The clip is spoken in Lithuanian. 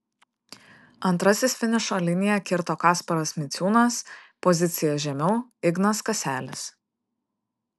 antrasis finišo liniją kirto kasparas miciūnas pozicija žemiau ignas kaselis